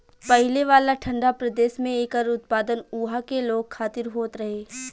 पहिले वाला ठंडा प्रदेश में एकर उत्पादन उहा के लोग खातिर होत रहे